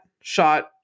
shot